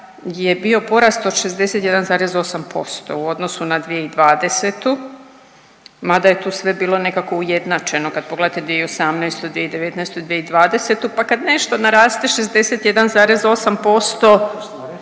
je bio porast od 61,8% u odnosu na 2020., mada je tu sve bilo nekako ujednačeno, kad pogledate 2018., 2019., 2020. pa kad nešto naraste 61,8%,